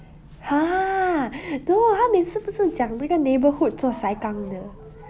!huh! !duh! 他不是每次讲那个 neighborhood 做 sai kang 的